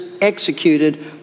executed